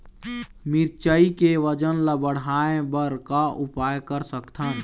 मिरचई के वजन ला बढ़ाएं बर का उपाय कर सकथन?